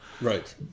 Right